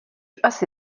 asi